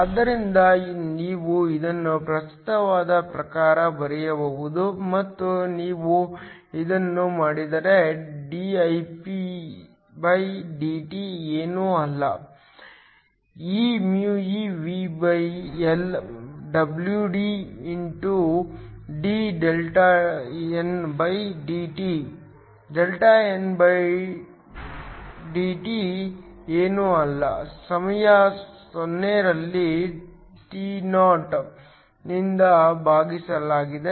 ಆದ್ದರಿಂದ ನೀವು ಇದನ್ನು ಪ್ರಸ್ತುತದ ಪ್ರಕಾರ ಬರೆಯಬಹುದು ಮತ್ತು ನೀವು ಇದನ್ನು ಮಾಡಿದರೆ dIpdT ಏನೂ ಅಲ್ಲ dΔndt ಏನೂ ಅಲ್ಲ ಸಮಯ 0 ರಲ್ಲಿ τo ನಿಂದ ಭಾಗಿಸಲಾಗಿದೆ